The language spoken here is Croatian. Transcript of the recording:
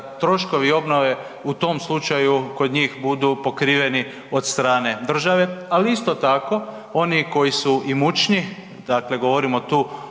troškovi obnove u tom slučaju kod njih budu pokriveni od strane države ali isto tako i oni koji su imućniji, dakle govorimo tu